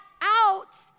out